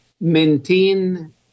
maintain